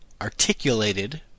articulated